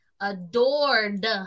adored